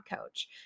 coach